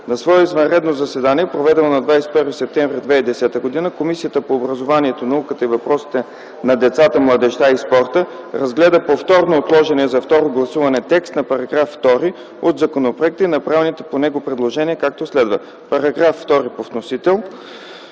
На свое извънредно заседание, проведено на 21 септември 2010 г., Комисията по образованието, науката и въпросите на децата, младежта и спорта разгледа повторно отложения за второ гласуване текст на § 2 от законопроекта и направените по него предложения, както следва. По § 2 по вносител